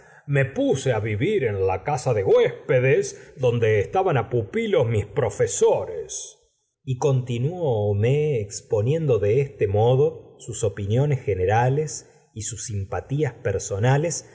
me puse vivir en la casa de huéspedes donde estaban pupilo mis profesores y continué homais exponiendo de este modo sus la señora de bovary opiniones generales y sus simpatías personales